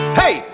hey